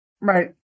Right